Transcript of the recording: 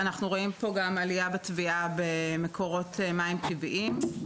אנחנו רואים גם עלייה במקרי טביעה במקורות מים טבעיים,